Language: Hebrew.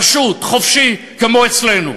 פשוט, חופשי, כמו אצלנו?